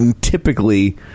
typically